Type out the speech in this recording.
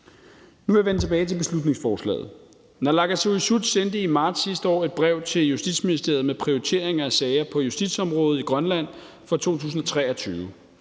Nu vil jeg vende tilbage til beslutningsforslaget. Naalakkersuisut sendte i marts sidste år et brev til Justitsministeriet med prioriteringer af sager på justitsområdet i Grønland for 2023,